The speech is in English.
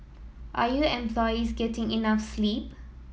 are your employees getting enough sleep